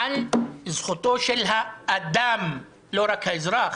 על זכותו של האדם לא רק האזרח